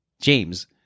James